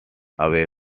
away